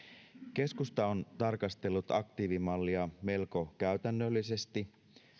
keskusta on tarkastellut aktiivimallia melko käytännöllisesti